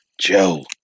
Joe